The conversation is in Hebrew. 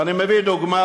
ואני מביא דוגמה,